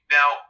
Now